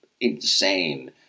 insane